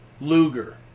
Luger